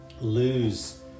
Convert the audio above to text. lose